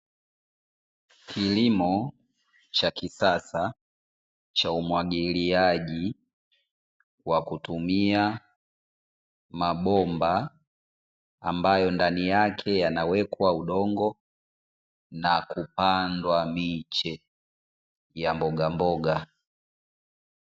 Kilimo cha kisasa cha umwagiliaji kwa kutumia mabomba ambayo ndani yake yanawekwa udongo na kupandwa miche ya mbogamboga.